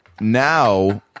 now